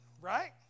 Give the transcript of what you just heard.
Right